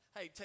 Hey